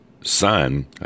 son